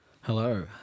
Hello